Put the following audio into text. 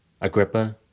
Agrippa